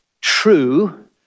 true